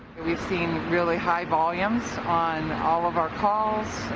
we have seen really high volumes on all of our calls.